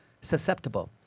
susceptible